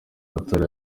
matorero